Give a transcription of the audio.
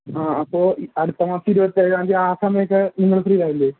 ആ അപ്പോൾ അടുത്ത മാസം ഇരുപത്തിയേഴാം തീയതി ആ സമയമൊക്കെ നിങ്ങൾ ഫ്രീ ആകില്ലേ